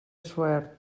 suert